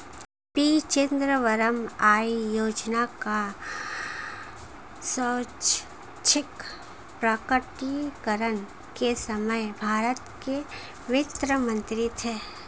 P Chidambaram आय योजना का स्वैच्छिक प्रकटीकरण के समय भारत के वित्त मंत्री थे